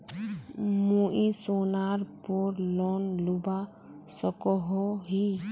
मुई सोनार पोर लोन लुबा सकोहो ही?